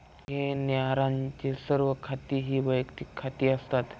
घेण्यारांचे सर्व खाती ही वैयक्तिक खाती असतात